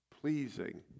pleasing